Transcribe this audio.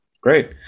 Great